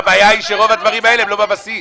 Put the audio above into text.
הן לא מתפקדות.